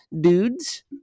dudes